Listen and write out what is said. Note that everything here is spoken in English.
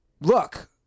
Look